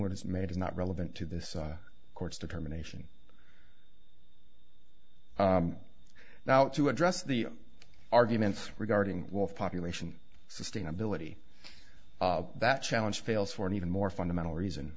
was made is not relevant to this court's determination now to address the arguments regarding wolf population sustainability that challenge fails for an even more fundamental reason